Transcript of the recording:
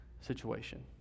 situation